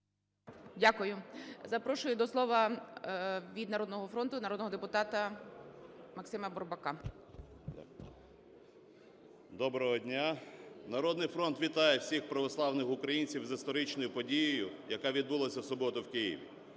Дякую. Запрошую до слова від "Народного фронту" народного депутата Максима Бурбака. 10:15:05 БУРБАК М.Ю. Доброго дня! "Народний фронт" вітає всіх православних українців з історичною подією, яка відбулася в суботу в Києві.